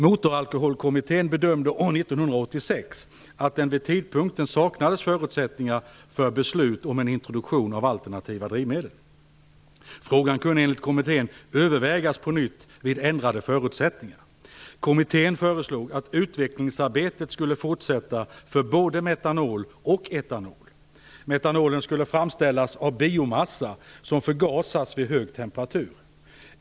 Motoralkoholkommittén bedömde år 1986 att det vid den tidpunkten saknades förutsättningar för beslut om en introduktion av alternativa drivmedel. Frågan kunde enligt kommittén övervägas på nytt vid ändrade förutsättningar. Kommittén föreslog att utvecklingsarbetet skulle fortsätta för både metanol och etanol. Metanolen skulle framställas av biomassa som förgasats vid hög temperatur.